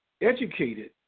educated